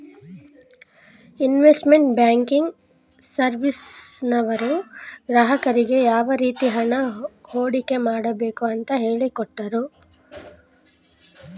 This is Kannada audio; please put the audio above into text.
ಇನ್ವೆಸ್ಟ್ಮೆಂಟ್ ಬ್ಯಾಂಕಿಂಗ್ ಸರ್ವಿಸ್ನವರು ಗ್ರಾಹಕರಿಗೆ ಯಾವ ರೀತಿ ಹಣ ಹೂಡಿಕೆ ಮಾಡಬೇಕು ಅಂತ ಹೇಳಿಕೊಟ್ಟರು